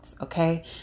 Okay